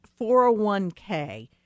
401k